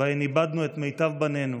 שבהן איבדנו את מיטב בנינו.